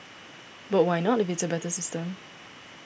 but why not if it's a better system